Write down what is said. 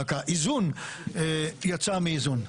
רק האיזון יצא מאיזון.